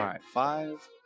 five